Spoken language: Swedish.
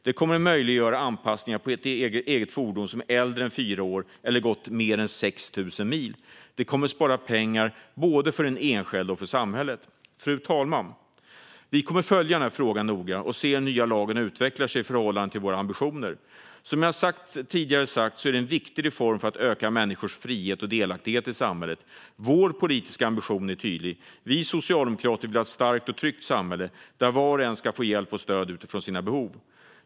Det kommer att möjliggöra anpassningar på eget fordon som är äldre än fyra år eller som har gått mer än 6 000 mil. Detta kommer att spara pengar för både den enskilde och samhället. Fru talman! Vi kommer att följa den här frågan noga och se hur den nya lagen utvecklar sig i förhållande till våra ambitioner. Som jag tidigare har sagt är det en viktig reform för att öka människors frihet och delaktighet i samhället. Vår politiska ambition är tydlig: Vi socialdemokrater vill ha ett starkt och tryggt samhälle, där var och en ska få hjälp och stöd utifrån sina behov.